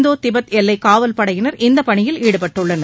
இந்தோ Tibet எல்லை காவல் படையினர் இந்தப் பணியில் ஈடுபட்டுள்ளனர்